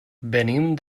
venim